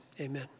Amen